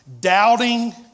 doubting